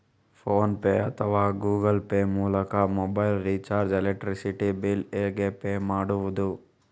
Phone pay ಅಥವಾ Google pay ಮೂಲಕ mobile recharge, electricity bill ಹೇಗೆ ಪೇ ಮಾಡುವುದು?